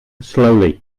slowly